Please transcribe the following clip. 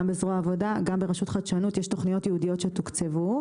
גם בזרוע העבודה וגם ברשות החדשנות יש תכניות ייעודיות שתוקצבו.